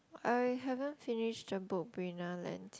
I haven't finished the book Brina lent